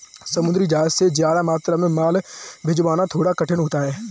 समुद्री जहाज से ज्यादा मात्रा में माल भिजवाना थोड़ा कठिन होता है